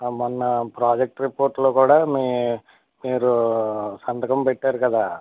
మొన్న ప్రాజెక్ట్ రిపోర్ట్లో కూడా మీ మీరు సంతకం పెట్టారు కదా